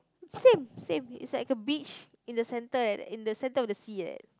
same same it's like a beach in the center in the center of the sea like that